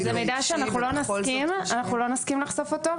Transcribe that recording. אבל זה מידע שאנחנו לא נסכים לחשוף אותו.